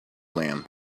lamb